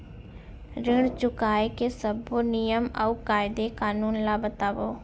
ऋण चुकाए के सब्बो नियम अऊ कायदे कानून ला बतावव